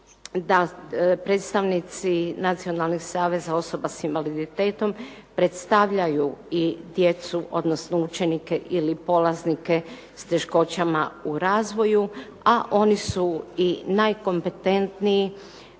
da predstavnici nacionalnih saveza osoba s invaliditetom predstavljaju i djecu, odnosno učenike ili polaznike s teškoćama u razvoju, a oni su i najkompetentniji